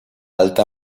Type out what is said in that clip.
alta